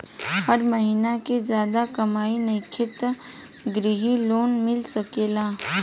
हमर महीना के ज्यादा कमाई नईखे त ग्रिहऽ लोन मिल सकेला?